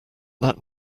that